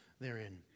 therein